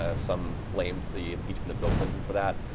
ah some blamed the impeachment of bill clinton for that.